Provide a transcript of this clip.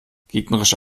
gegnerische